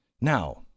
Now